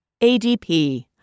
ADP